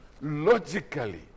logically